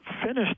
finished